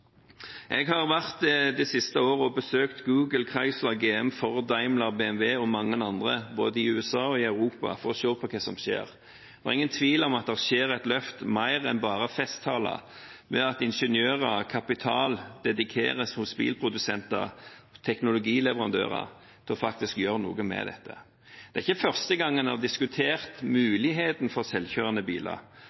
Det siste året har jeg besøkt Google, Chrysler, GM, Ford, Daimler, BMV og mange andre i både USA og Europa for å se på hva som skjer. Det er ingen tvil om at det skjer et løft, mer enn bare festtaler, ved at bilprodusenter og teknologileverandører dedikerer ingeniører og kapital til faktisk å gjøre noe med dette. Det er ikke første gang en har diskutert mulighetene for selvkjørende biler.